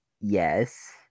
yes